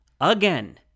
again